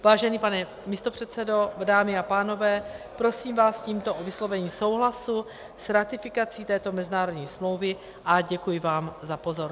Vážený pane místopředsedo, dámy a pánové, prosím vás tímto o vyslovení souhlasu s ratifikací této mezinárodní smlouvy a děkuji vám za pozornost.